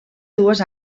dues